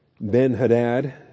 Ben-Hadad